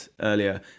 earlier